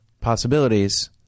possibilities